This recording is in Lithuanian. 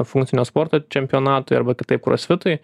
funkcinio sporto čempionatui arba kitaip krosfitui